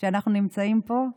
שאנחנו נמצאים פה,